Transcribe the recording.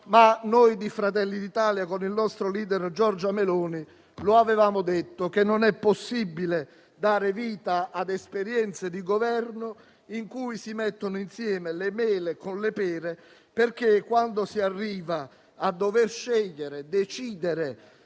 Noi di Fratelli d'Italia, con il nostro *leader* Giorgia Meloni, avevamo detto che non è possibile dar vita a esperienze di Governo in cui si mettono insieme le mele con le pere. Quando si arriva a dover scegliere e decidere